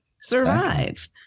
survive